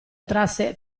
entrasse